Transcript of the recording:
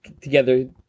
together